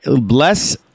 Bless